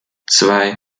zwei